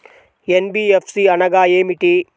NBFC అనగా ఏమిటీ?